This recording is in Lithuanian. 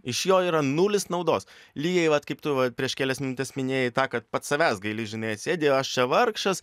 iš jo yra nulis naudos lygiai vat kaip tu va prieš kelias minutes minėjai tą kad pats savęs gaili žinai sėdi aš čia vargšas